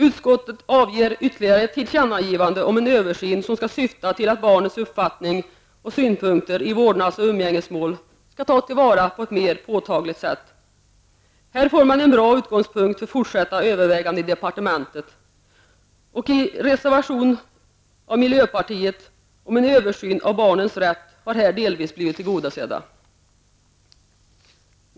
Utskottet avger ytterligare ett tillkännagivande om en översyn som skall syfta till att barnets uppfattning och synpunkter i vårdnads och umgängesmål skall tas till vara på ett mer påtagligt sätt. Här får man en bra utgångspunkt för fortsatta överväganden i departementet. Yrkandena i miljöpartiets reservation om en översyn av barnens rätt har här delvis blivit tillgodosedda.